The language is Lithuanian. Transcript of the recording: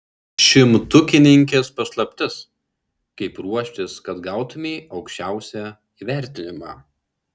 šimtukininkės paslaptis kaip ruoštis kad gautumei aukščiausią įvertinimą